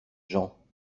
gens